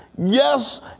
Yes